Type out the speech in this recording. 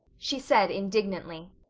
she said indignantly.